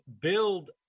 build